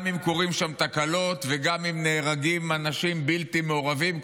גם אם קורות שם תקלות וגם אם נהרגים אנשים בלתי מעורבים,